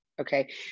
Okay